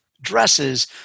dresses